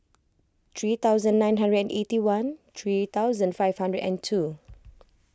three thousand nine hundred and eighty one three thousand five hundred and two